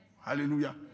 Hallelujah